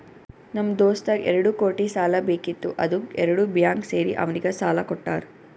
ನಮ್ ದೋಸ್ತಗ್ ಎರಡು ಕೋಟಿ ಸಾಲಾ ಬೇಕಿತ್ತು ಅದ್ದುಕ್ ಎರಡು ಬ್ಯಾಂಕ್ ಸೇರಿ ಅವ್ನಿಗ ಸಾಲಾ ಕೊಟ್ಟಾರ್